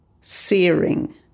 searing